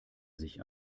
sich